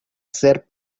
ser